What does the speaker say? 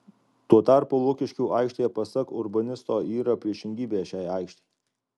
tuo tarpu lukiškių aikštė pasak urbanisto yra priešingybė šiai aikštei